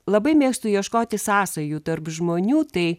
labai mėgstu ieškoti sąsajų tarp žmonių tai